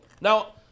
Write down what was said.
Now